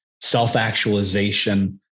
self-actualization